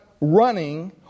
running